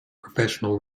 professional